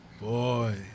Boy